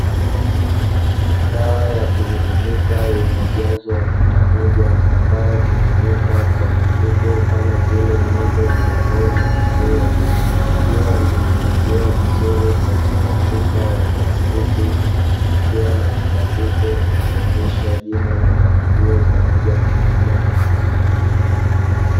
Dawa ya kimiminika yenye ujazo wa lita moja, ambayo hutumika kwa mifugo kama vile ng’ombe, kondoo na nguruwe. Ikiwa imehifadhiwa vizuri katika chupa ya plastiki. Ikiwa na kibandiko inayoonesha jina la dawa hiyo pamoja na namna ya kutumia.